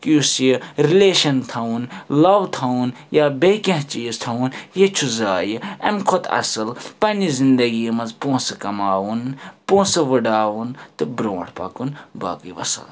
کہِ یُس یہِ رِلیشَن تھاوُن لَو تھاوُن یا بیٚیہِ کیٚنٛہہ چیٖز تھاوُن یہِ چھُ ضایہِ امہِ کھۄتہٕ اصٕل پَننہِ زِنٛدگی مَنٛز پونٛسہٕ کَماوُن پونٛسہٕ وُڈاوُن تہٕ برٛونٛٹھ پَکُن باقٕے وَسَلام